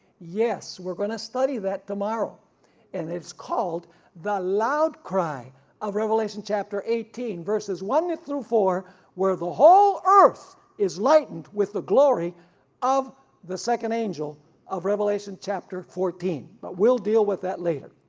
yes, we're going to study that tomorrow and it's called the loud cry of revelation chapter eighteen verses one through four where the whole earth is lightened with the glory of the second angel of revelation chapter fourteen, but we will deal with that later.